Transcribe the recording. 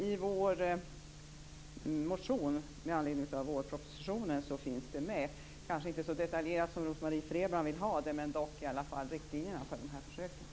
I vår motion med anledning av vårpropositionen finns detta med, kanske inte så detaljerat som Rose Marie Frebran vill ha det men där finns i alla fall riktlinjerna för de här försöken.